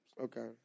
Okay